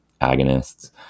agonists